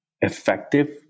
effective